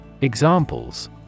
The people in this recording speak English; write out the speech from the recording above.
Examples